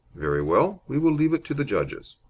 very well. we will leave it to the judges.